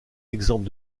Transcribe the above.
exemple